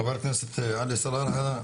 חבר הכנסת עלי סלאלחה,